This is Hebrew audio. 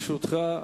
לרשותך,